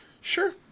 Sure